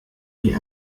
die